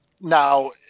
Now